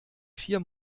vier